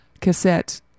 cassette